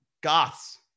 goths